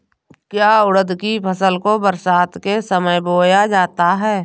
क्या उड़द की फसल को बरसात के समय बोया जाता है?